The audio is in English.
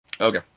Okay